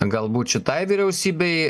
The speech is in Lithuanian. galbūt šitai vyriausybei